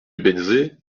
bénezet